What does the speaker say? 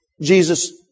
Jesus